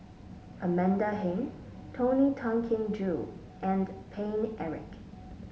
Amanda Heng Tony Tan Keng Joo and Paine Eric